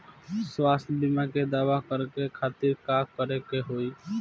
स्वास्थ्य बीमा के दावा करे के खातिर का करे के होई?